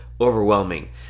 overwhelming